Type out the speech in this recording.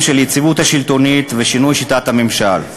של יציבות שלטונית ושינוי שיטת הממשל.